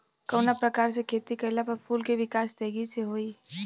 कवना प्रकार से खेती कइला पर फूल के विकास तेजी से होयी?